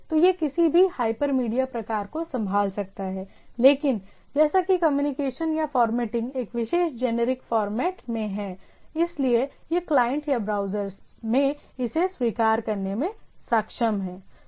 तो यह किसी भी हाइपरमीडिया प्रकार को संभाल सकता है लेकिन जैसा कि कम्युनिकेशन या फॉर्मेटिंग एक विशेष जेनेरिक फॉर्मेट में है इसलिए यह क्लाइंट या ब्राउज़र में इसे स्वीकार करने में सक्षम है